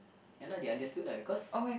ya lah they understood lah because